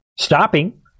stopping